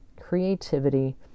creativity